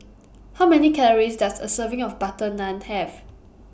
How Many Calories Does A Serving of Butter Naan Have